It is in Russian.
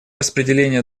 распределения